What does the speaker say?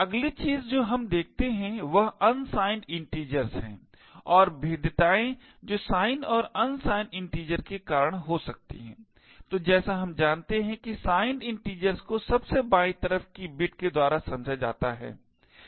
अगली चीज़ जो हम देखते हैं वह unsigned integers है और भेद्यताएँ जो sign और unsigned integers के कारण हो सकती है तो जैसा हम जानते हैं कि signed integers को सबसे बायीं तरफ कि बिट के द्वारा समझा जाता है